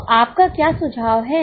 तो आपका क्या सुझाव है